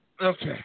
Okay